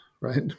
right